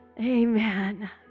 amen